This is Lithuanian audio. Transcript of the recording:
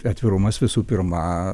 atvirumas visų pirma